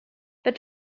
but